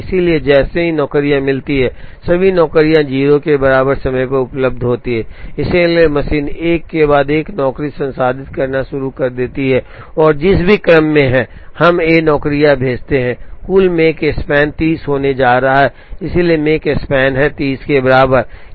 इसलिए जैसे ही नौकरियां मिलती हैं सभी नौकरियां 0 के बराबर समय पर उपलब्ध होती हैं इसलिए मशीन एक के बाद एक नौकरी संसाधित करना शुरू कर देती है और जिस भी क्रम में हम ये नौकरियां भेजते हैं कुल Makespan 30 होने जा रहा है इसलिए Makespan है 30 के बराबर